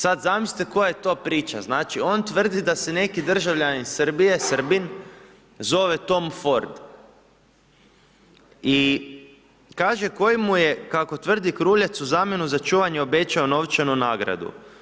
Sad zamislite koja je to priča, znači, on tvrdi da se neki državljanin Srbije, Srbin, zove Tom Ford i kaže, koji mu je, kako tvrdi Kruljac, u zamjenu za čuvanje obećao novčanu nagradu.